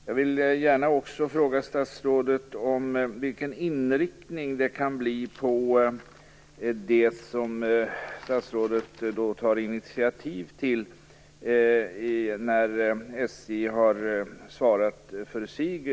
Jag vill gärna också fråga statsrådet vilken inriktning det kan bli på statsrådets initiativ när SJ har svarat för sig.